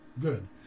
Good